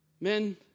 Men